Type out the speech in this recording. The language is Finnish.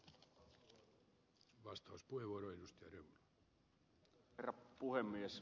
arvoisa herra puhemies